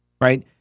right